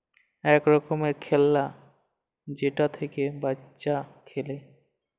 ইক রকমের খেল্লা যেটা থ্যাইকে বাচ্চা খেলে